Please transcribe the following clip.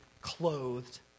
clothed